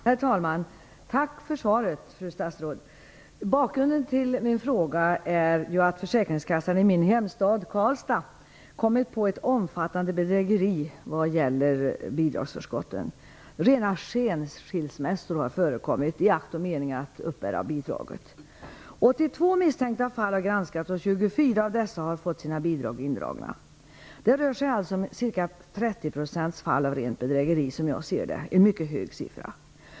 Herr talman! Tack för svaret, fru statsråd. Bakgrunden till min fråga är att försäkringskassan i min hemstad Karlstad kommit på ett omfattande bedrägeri vad gäller bidragsförskotten. Rena skenskilsmässor har förekommit i akt och mening att uppbära bidraget. 82 misstänkta fall har granskats och 24 av dessa har fått sina bidrag indragna. Fallen av rent bedrägeri rör sig alltså om ca 30 %, som jag ser det - en mycket hög siffra.